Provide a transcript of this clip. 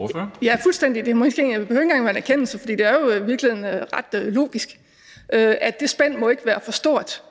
engang at være en anerkendelse, for det er jo i virkeligheden ret logisk, at det spænd ikke må være for stort.